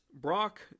Brock